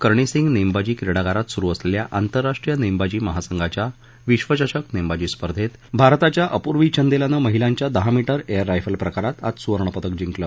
कर्णी सिंग नेमबाजी क्रीडागारात सुरू असलेल्या आंतरराष्ट्रीय नेमबाजी महासंघाच्या विश्वचषक नेमबाजी स्पर्धेत भारताच्या अपूर्वी चंदेलानं महिलांच्या दहा मीटर एअर रायफल प्रकारात आज सुवर्णपदक जिंकलं